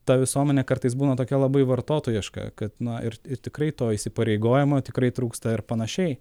ta visuomenė kartais būna tokia labai vartotojiška kad na ir ir tikrai to įsipareigojimo tikrai trūksta ir panašiai